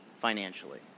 financially